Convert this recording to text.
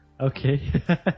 Okay